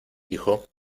hijo